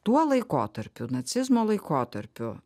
tuo laikotarpiu nacizmo laikotarpiu